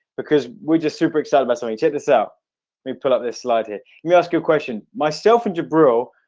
because we're just super excited by something check this out we pull up this slide here, you ask you a question myself and jabril.